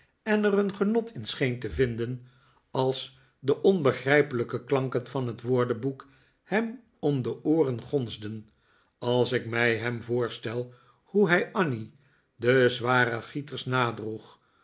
en er een genot in scheen te vinden als de onbegrijpelijke klanken van het woordenboek hem om de ooren gonsden als ik mij hem voorstel hoe hij annie de zware gieters nadroeg